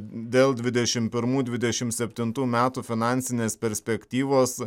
dėl dvidešimt pirmų dvidešimt septintų metų finansinės perspektyvos